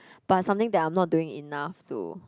but something that I'm not doing enough to